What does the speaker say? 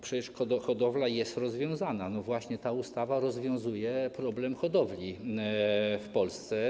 Przecież hodowla jest rozwiązana, ponieważ ta ustawa rozwiązuje problem hodowli w Polsce.